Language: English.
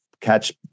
catch